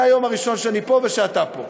מהיום הראשון שאני פה ושאתה פה: